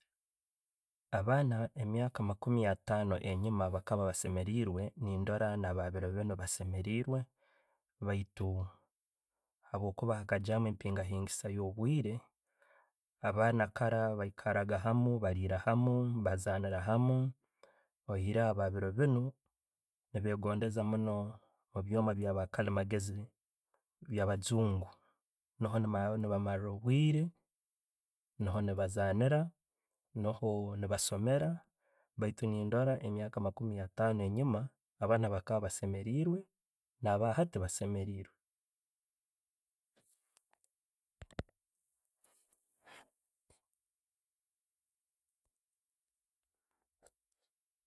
Abaana emyaka makuumi attano enjuma bakaba basemereirwe nendoora nababirobiinu basemereirwe baitu habwokuba haikaijamu empingayingisa yo'bwiire, abaana kara bayikaraga hamu, baliira hamu, bazaniira hamu, oyireho a'babiiro biinu ne'begondeza munno ebyoma ebya kalibamageezi, ebyaba jungu nuho nebamaliira obwiire, nuho nebazaniira, nuho ne'basomera baitu nendora emyaka mukamu attano enyuma, abaana bakaaba basemereirwe na'aba hati basemereirwe.